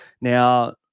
Now